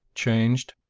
changed?